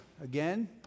again